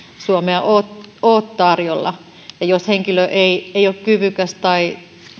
suomea ole ole tarjolla ja jos henkilö ei ei ole kyvykäs tai